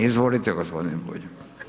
Izvolite gospodine Bulj.